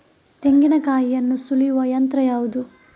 ತೆಂಗಿನಕಾಯಿಯನ್ನು ಸುಲಿಯುವ ಯಂತ್ರ ಯಾವುದು?